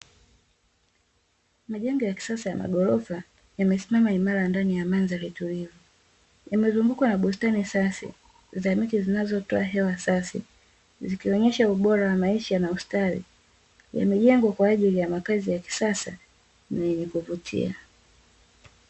Majengo ya kisasa ya maghorofa yamesimama imara ndani ya mandhari tulivu. Yamezungukwa na bustani safi za miti zinazotoa hewa safi, zikionesha ubora wa maisha na ustawi. Yamejengwa kwa ajili ya makazi ya kisasa na yenye kuvutia.